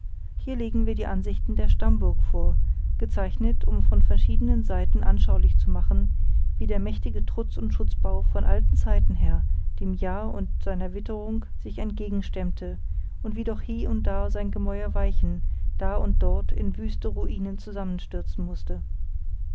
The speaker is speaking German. hier legen wir die ansichten der stammburg vor gezeichnet um von verschiedenen seiten anschaulich zu machen wie der mächtige trutz und schutzbau von alten zeiten her dem jahr und seiner witterung sich entgegenstemmte und wie doch hie und da sein gemäuer weichen da und dort in wüste ruinen zusammenstürzen mußte